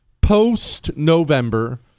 Post-November